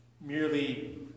merely